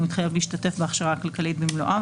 מתחייב להשתתף בהכשרה הכלכלית במלואה,